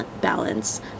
balance